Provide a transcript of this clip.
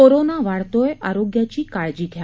corona वाढतोय आरोग्याची काळजी घ्या